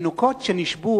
והתינוקות שנשבו,